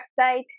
website